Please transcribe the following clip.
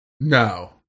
No